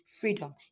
freedom